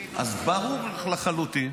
אז ברור לך לחלוטין